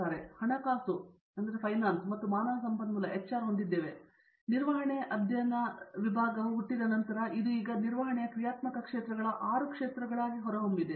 ನಾವು ಹಣಕಾಸು ಮತ್ತು ಮಾನವ ಸಂಪನ್ಮೂಲವನ್ನು ಹೊಂದಿದ್ದೇವೆ ಮತ್ತು ನಿರ್ವಹಣೆಯ ಅಧ್ಯಯನ ವಿಭಾಗವು ಹುಟ್ಟಿದ ನಂತರ ಇದು ಈಗ ನಿರ್ವಹಣೆಯ ಕ್ರಿಯಾತ್ಮಕ ಕ್ಷೇತ್ರಗಳ 6 ಕ್ಷೇತ್ರಗಳಾಗಿ ಹೊರಹೊಮ್ಮಿದೆ